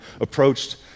approached